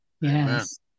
yes